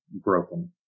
broken